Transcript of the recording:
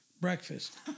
Breakfast